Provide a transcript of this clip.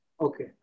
Okay